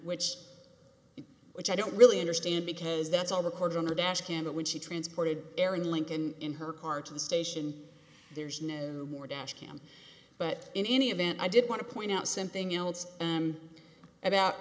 which which i don't really understand because that's all recorded on the dash cam that when she transported air in lincoln in her car to the station there's no more dash cam but in any event i did want to point out something else about